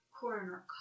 Coroner